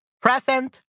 present